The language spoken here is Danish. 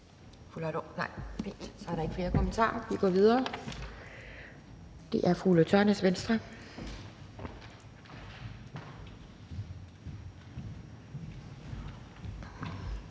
(Pia Kjærsgaard): Så er der ikke flere kommentarer. Vi går videre. Det er fru Ulla Tørnæs, Venstre.